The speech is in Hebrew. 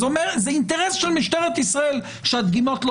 אז זה אינטרס של משטרת ישראל שהדגימות לא